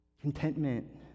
Contentment